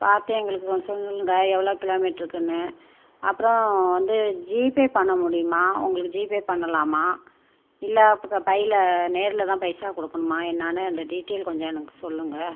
பார்த்து எங்களுக்கு கொஞ்சம் சொல்லுங்கள் எவ்வளோ கிலோமீட்டருக்குனு அப்புறம் வந்து ஜிபே பண்ண முடியுமா உங்களுக்கு ஜிபே பண்ணலாமா இல்லை அப்போ பையில் நேரில் தான் பைசா கொடுக்கணுமா என்னெனு அந்த டீட்டைல் கொஞ்சம் எனக்கு சொல்லுங்கள்